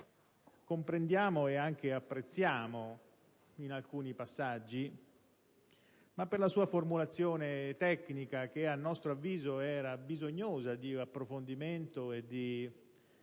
comprendiamo e anche apprezziamo, in alcuni passaggi, ma per la sua formulazione tecnica, a nostro avviso bisognosa di un approfondimento e di una